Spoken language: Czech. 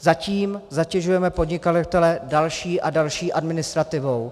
Zatím zatěžujeme podnikatele další a další administrativou.